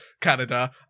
Canada